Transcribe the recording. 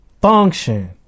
function